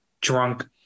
drunk